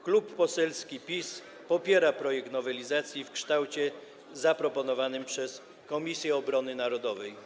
Klub Parlamentarny PiS popiera projekt nowelizacji w kształcie zaproponowanym przez Komisję Obrony Narodowej.